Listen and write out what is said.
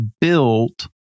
built